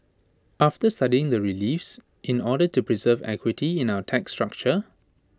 after studying the reliefs in order to preserve equity in our tax structure